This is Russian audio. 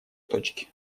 точки